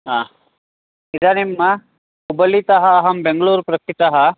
हा इदानीं हुब्बल्लितः अहं बेङ्ग्लूरु प्रस्थितः